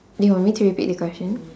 do you want me to repeat the question